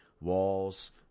Walls